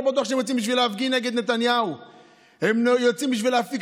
לא בטוח שהם יוצאים בשביל להפגין נגד נתניהו,